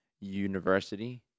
university